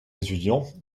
étudiants